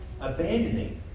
abandoning